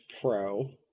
Pro